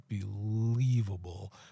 unbelievable